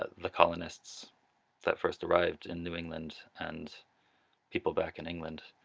ah the colonists that first arrived in new england and people back in england.